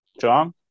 John